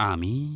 Ami